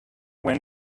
went